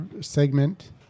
segment